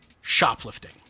shoplifting